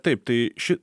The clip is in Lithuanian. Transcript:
taip tai ši